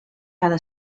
cada